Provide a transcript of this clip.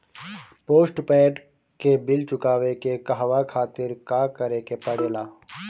Postpaid के bill चुकावे के कहवा खातिर का करे के पड़ें ला?